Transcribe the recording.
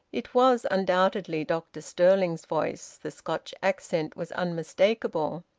it was undoubtedly dr stirling's voice. the scotch accent was unmistakable.